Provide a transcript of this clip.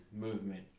movement